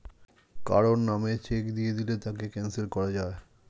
কারো নামে চেক দিয়ে দিলে তাকে ক্যানসেল করা যায়